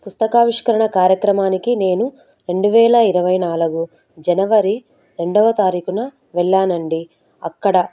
పుస్తాకావిష్కరణ కార్యక్రమానికి నేను రెండు వేల ఇరవై నాలుగు జనవరి రెండోవ తారీఖున వెళ్ళాను అండి అక్కడ